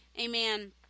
Amen